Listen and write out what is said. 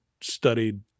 studied